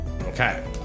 Okay